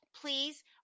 please